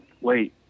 wait